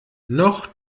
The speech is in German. noch